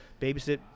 babysit